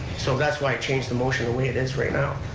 so that's why it changed the motion the way it is right now.